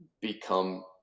become